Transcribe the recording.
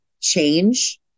change